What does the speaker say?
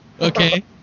Okay